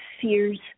fears